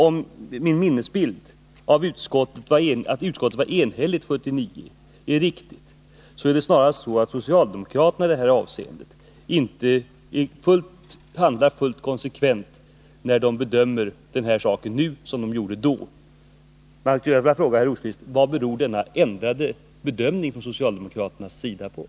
Om min minnesbild av att utskottet var enhälligt 1979 är riktig, är det snarast så att socialdemokraterna i det här avseendet inte handlar fullt konsekvent när de bedömer saken på annat sätt nu än vad de gjorde då. Jag skulle vilja fråga herr Rosqvist: Varför har socialdemokraterna ändrat sin bedömning?